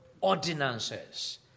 ordinances